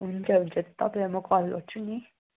हुन्छ हुन्छ तपाईँलाई म कल गर्छु नि